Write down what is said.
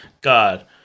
God